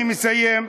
אני מסיים.